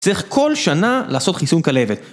צריך כל שנה לעשות חיסון כלבת.